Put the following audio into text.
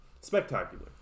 Spectacular